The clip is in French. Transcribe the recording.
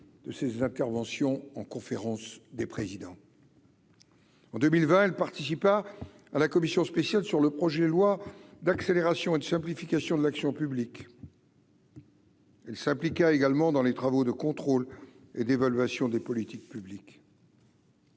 de ces interventions en conférence des présidents. En 2020, elle participa à la commission spéciale sur le projet de loi d'accélération et de simplification de l'action publique. Elle s'appliqua également dans les travaux de contrôle et d'évaluation des politiques publiques.